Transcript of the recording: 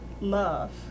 love